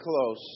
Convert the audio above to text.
close